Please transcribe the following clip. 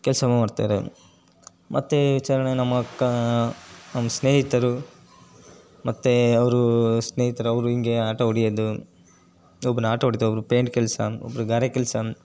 ಕೆಲಸ ಮಾಡ್ತಾರೆ ಮತ್ತು ಚರಣ ನಮ್ಮ ಅಕ್ಕ ನಮ್ಮ ಸ್ನೇಹಿತರು ಮತ್ತು ಅವರು ಸ್ನೇಹಿತರು ಅವರು ಹೀಗೇ ಆಟೋ ಹೊಡೆಯದು ಒಬ್ನು ಆಟೋ ಹೊಡೀತಾನೆ ಒಬ್ಬನು ಪೇಂಯ್ಟ್ ಕೆಲಸ ಒಬ್ಬರು ಗಾರೆ ಕೆಲಸ